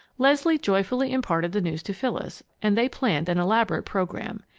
leslie joyfully imparted the news to phyllis, and they planned an elaborate program.